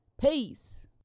peace